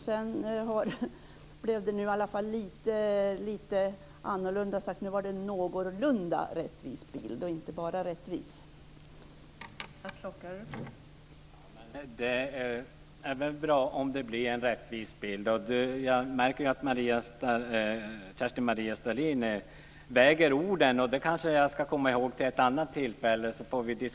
Lennart Klockare sade nu att detta gav en någorlunda rättvis bild, inte bara en rättvis bild.